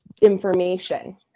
information